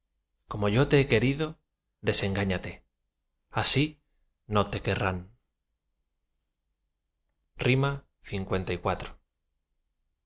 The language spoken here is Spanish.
como yo te he querido desengáñate así no te querrán liv cuando